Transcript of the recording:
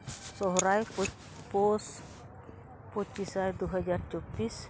ᱥᱚᱨᱦᱟᱭ ᱯᱳᱥ ᱯᱚᱸᱪᱤᱥ ᱟᱴ ᱫᱩ ᱦᱟᱡᱟᱨ ᱪᱚᱵᱵᱤᱥ